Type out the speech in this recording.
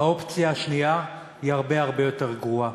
האופציה השנייה היא הרבה הרבה יותר גרועה.